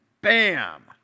BAM